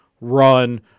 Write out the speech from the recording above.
run